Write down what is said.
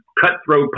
cutthroat